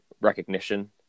recognition